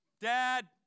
Dad